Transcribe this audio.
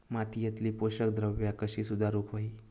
मातीयेतली पोषकद्रव्या कशी सुधारुक होई?